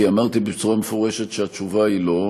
כי אמרתי בצורה מפורשת שהתשובה היא לא.